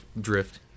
drift